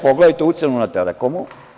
Pogledajte ucenu na „Telekomu“